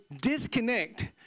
disconnect